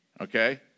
okay